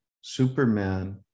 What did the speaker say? superman